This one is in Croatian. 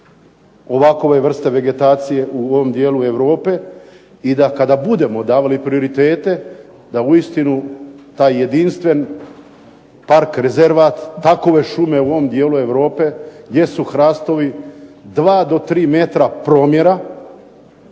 ovakve vrste vegetacije u ovom dijelu Europe i da kada budemo davali prioritete da uistinu taj jedinstven park, rezervat takve šume u ovom dijelu Europe gdje su hrastovi 2 do 3 m promjera,